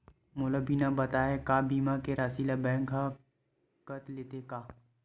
मोला बिना बताय का बीमा के राशि ला बैंक हा कत लेते का?